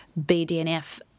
BDNF